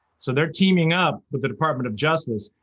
so they're teaming up with the department of justice.